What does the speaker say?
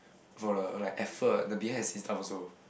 for the like effort the behind the scenes stuff also